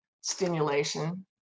stimulation